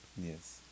yes